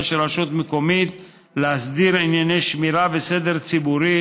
של רשות מקומית להסדיר ענייני שמירה וסדר ציבורי,